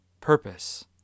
Purpose